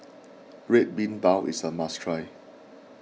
Red Bean Bao is a must try